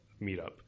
meetup